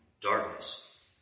darkness